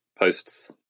posts